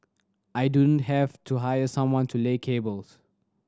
I don't have to hire someone to lay cables